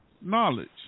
knowledge